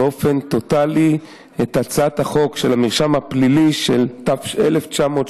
באופן טוטלי את חוק המרשם הפלילי מ-1981,